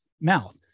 mouth